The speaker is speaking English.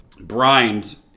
brined